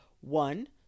One